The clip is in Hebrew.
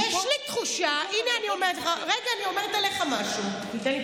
תן לי את הזמן,